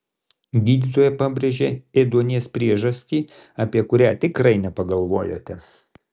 gydytoja pabrėžė ėduonies priežastį apie kurią tikrai nepagalvojote